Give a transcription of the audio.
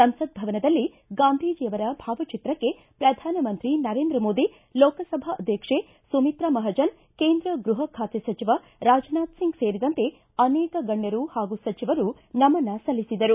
ಸಂಸತ್ ಭವನದಲ್ಲಿ ಗಾಂಧೀಜಿಯವರ ಭಾವಚಿತ್ರಕ್ಕೆ ಪ್ರಧಾನಮಂತ್ರಿ ನರೇಂದ್ರ ಮೋದಿ ಲೋಕಸಭಾ ಅಧ್ಯಕ್ಷೆ ಸುಮಿತ್ರಾ ಮಹಾಜನ್ ಕೇಂದ್ರ ಗ್ಟಪ ಖಾತೆ ಸಚಿವ ರಾಜನಾಥ್ ಸಿಂಗ್ ಸೇರಿದಂತೆ ಅನೇಕ ಗಣ್ಯರು ಹಾಗೂ ಸಚಿವರು ನಮನ ಸಲ್ಲಿಸಿದರು